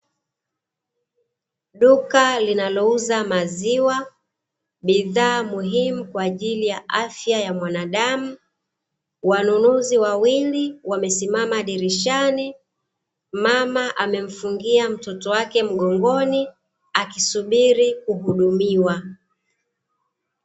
Duka linalouza maziwa bidhaa muhimu kwaajili ya afya ya mwanadamu, wanunuzi wawili wamesimama dirishani. Mama amemfungia mtoto wake mgongoni akisubiri kuhudumiwa.